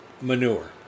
manure